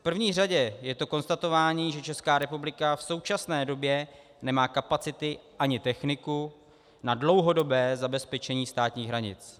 V první řadě je to konstatování, že Česká republika v současné době nemá kapacity ani techniku na dlouhodobé zabezpečení státních hranic.